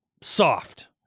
soft